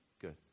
good